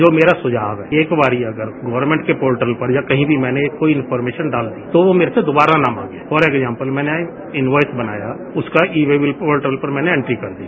जो मेरा सुझाव है एक बार अगर गर्वमेंट के पोर्टल या कहीं भी मैंने एक कोई इफोरमेशन डाल दी तो वो मेरे से दोबारा ने मांगे फॉर एग्जाम्पल मैंने इनवॉयस बनाया उसका ई वेब पोर्टल पर मैंने एंट्री कर दी